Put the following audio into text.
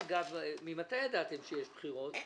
ממתי ידעתם במשרד האוצר שיש בחירות?